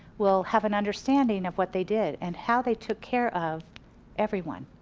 will have an understanding of what they did, and how they took care of everyone.